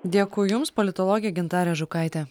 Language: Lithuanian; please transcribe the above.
dėkui jums politologė gintarė žukaitė